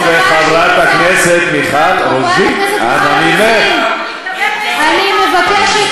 ואתם מתאמצים לחפש מתחת לאדמה סיבות להיאבק בו.